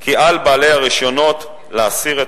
כי על בעלי הרשיונות להסיר ללא תשלום